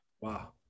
Wow